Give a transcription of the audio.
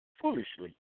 Foolishly